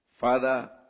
father